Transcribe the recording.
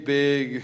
big